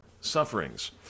sufferings